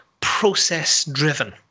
process-driven